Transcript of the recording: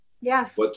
Yes